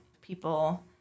people